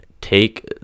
take